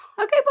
Okay